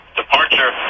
departure